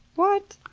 what?